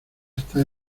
está